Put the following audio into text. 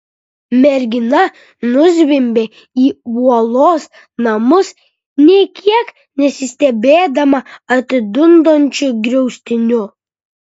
mergina nuzvimbė į uolos namus nė kiek nesistebėdama atidundančiu griaustiniu